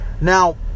Now